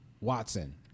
Watson